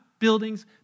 buildings